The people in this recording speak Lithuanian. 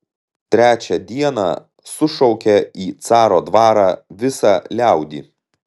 trečią dieną sušaukė į caro dvarą visą liaudį